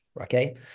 okay